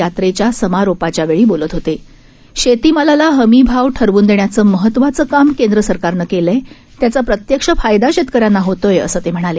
यात्रेच्या समारोपाच्या वेळी बोलत होते शेतीमालाला हमीभाव ठरवन देण्याचं महत्वाचं काम केंद्र सरकारनं केलं आहे त्याचा प्रत्यक्ष फायदा शेतकऱ्यांना होत आहे असं ते म्हणाले